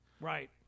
Right